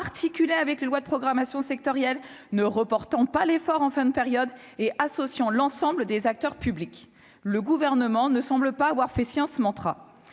articulée avec les lois de programmation sectorielles ne reportons pas l'effort en fin de période et associant l'ensemble des acteurs publics, le gouvernement ne semble pas avoir fait Sciences mantra